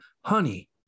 honey